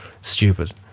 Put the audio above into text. Stupid